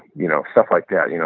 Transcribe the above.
you know stuff like that. you know